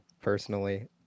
personally